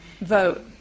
vote